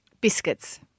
Biscuits